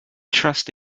trust